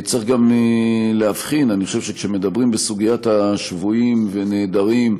שכשמדברים בסוגיית השבויים והנעדרים,